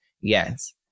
Yes